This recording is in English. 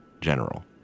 general